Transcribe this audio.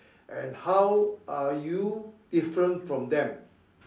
and how are you different from them